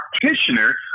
practitioner